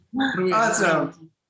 Awesome